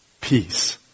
peace